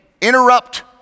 interrupt